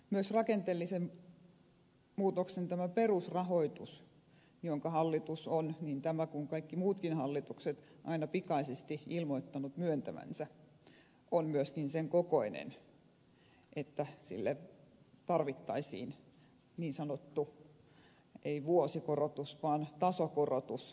myös tämä rakenteellisen muutoksen perusrahoitus jonka hallitus on niin tämä kuin kaikki muutkin hallitukset aina pikaisesti ilmoittanut myöntävänsä on sen kokoinen että sille tarvittaisiin niin sanottu ei vuosikorotus vaan tasokorotus